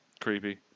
creepy